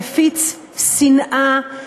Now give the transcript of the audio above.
מפיץ שנאה,